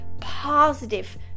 positive